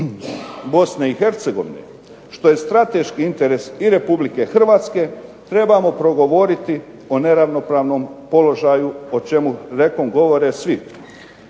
Bosne i Hercegovine što je strateški interes i Republike Hrvatske trebamo progovoriti o neravnopravnom položaju o čemu redom govore svi.